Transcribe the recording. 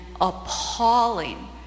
appalling